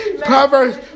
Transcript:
Proverbs